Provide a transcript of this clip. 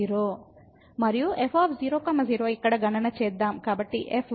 మరియు fy 0 0 ఇక్కడ గణన చేద్దాం